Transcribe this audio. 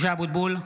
(קורא בשמות חברי הכנסת) משה אבוטבול,